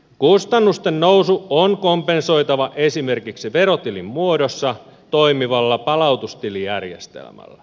kustannusten nousu on kompensoitava esimerkiksi verotilin muodossa toimivalla palautustilijärjestelmällä